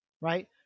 right